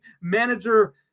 manager